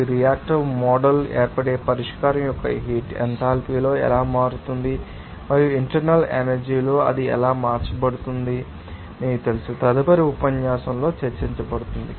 అవి రియాక్టివ్ మోడ్లో ఏర్పడే పరిష్కారం యొక్క హీట్ ఎంథాల్పీలో ఎలా మారుతుంది మరియు ఇంటర్నల్ ఎనర్జీ లో అది ఎలా మార్చబడుతుంది మీకు తెలుసా తదుపరి ఉపన్యాసంలో చర్చించబడింది